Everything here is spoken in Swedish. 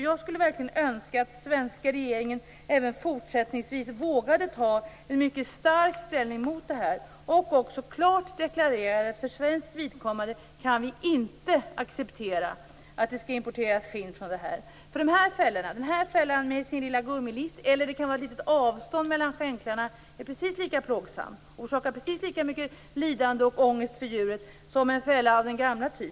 Jag skulle verkligen önska att den svenska regeringen även fortsättningsvis vågade ta en mycket stark ställning mot detta och mycket klart deklarerar att vi för svenskt vidkommande inte kan acceptera att det skall importeras skinn från djur som har fångats i fällor av den här typen. Fällan med en liten gummilist - eller också kan det vara ett litet avstånd mellan skänklarna - är precis lika plågsam och orsakar precis lika mycket lidande och ångest för djuret som en fälla av den gamla typen.